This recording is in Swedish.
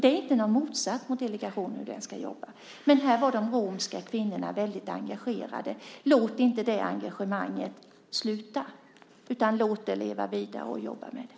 Den är inte motsatt till delegationen och hur den ska jobba, men här var de romska kvinnorna väldigt engagerade. Låt inte det engagemanget sluta, utan låt det leva vidare och jobba med det.